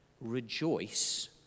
rejoice